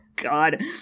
god